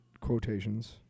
Quotations